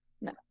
no